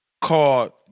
called